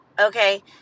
okay